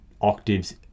octaves